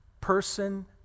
person